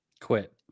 quit